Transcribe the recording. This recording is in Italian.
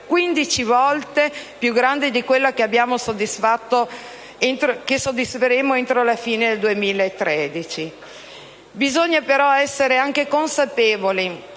volte più grande di quella che soddisferemo entro la fine del 2013. Bisogna però essere anche consapevoli